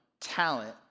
talent